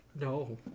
No